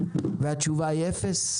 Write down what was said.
והתשובה היא אפס,